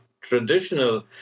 traditional